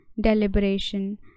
deliberation